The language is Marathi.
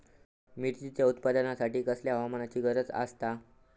मिरचीच्या उत्पादनासाठी कसल्या हवामानाची गरज आसता?